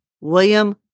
William